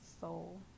soul